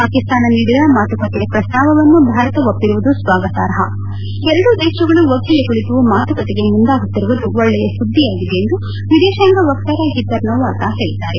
ಪಾಕಿಸ್ತಾನ ನೀಡಿದ ಮಾತುಕತೆಯ ಪ್ರಸ್ತಾವವನ್ನು ಭಾರತ ಒಪ್ಸಿರುವುದು ಸ್ಲಾಗಾತಾರ್ಹ ಎರಡೂ ದೇಶಗಳು ಒಟ್ಟಿಗೆ ಕುಳಿತು ಮಾತುಕತೆಗೆ ಮುಂದಾಗುತ್ತಿರುವುದು ಒಳ್ಳಿಯ ಸುದ್ದಿಯಾಗಿದೆ ಎಂದು ವಿದೇಶಾಂಗ ವಕ್ತಾರ ಹಿತರ್ ನೌವಾರ್ಟ್ ಹೇಳಿದ್ದಾರೆ